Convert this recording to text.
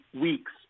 weeks